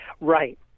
Right